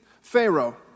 Pharaoh